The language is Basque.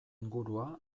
ingurua